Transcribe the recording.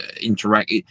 interact